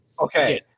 Okay